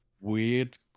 Weird